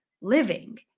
living